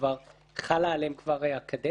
חלה עליהם כבר הקדנציה?